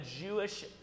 Jewish